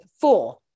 four